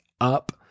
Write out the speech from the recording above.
up